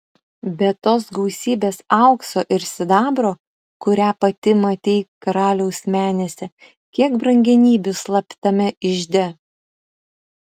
be tos gausybės aukso ir sidabro kurią pati matei karaliaus menėse kiek brangenybių slaptame ižde